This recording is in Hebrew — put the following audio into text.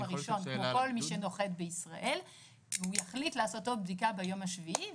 הראשון כמו כל מי שנוחת בישראל והוא יחליט לעשות עוד בדיקה ביום השביעי,